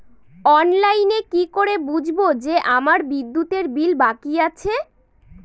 অনলাইনে কি করে বুঝবো যে আমার বিদ্যুতের বিল বাকি আছে?